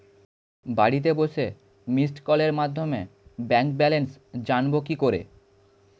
বাড়িতে বসে মিসড্ কলের মাধ্যমে ব্যাংক ব্যালেন্স জানবো কি করে?